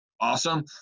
awesome